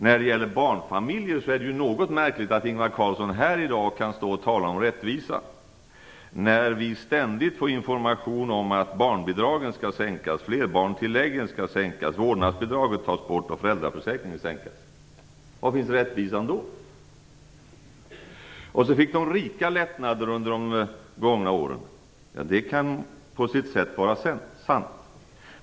När det gäller barnfamiljer är det något märkligt att Ingvar Carlsson här i dag kan tala om rättvisa, när vi ständigt får information om att barnbidragen skall sänkas, flerbarnstilläggen skall sänkas, vårdnadsbidraget tas bort och föräldraförsäkringen sänkas. Var finns rättvisan då? De rika fick lättnader under de gångna åren, säger Ingvar Carlsson. Det kan på sitt sätt vara sant.